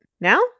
Now